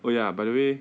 oh ya by the way